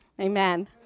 Amen